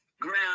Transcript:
ground